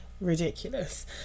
ridiculous